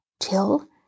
Till